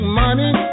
money